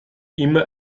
immer